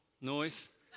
noise